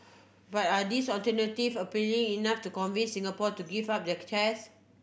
but are these alternatives appealing enough to convince Singapore to give up their cars